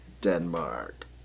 Denmark